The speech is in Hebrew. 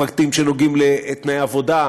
פרטים שנוגעים בתנאי העבודה,